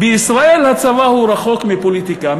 בישראל הצבא רחוק מפוליטיקה,